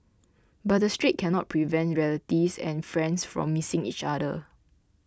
but the Strait cannot prevent relatives and friends from missing each other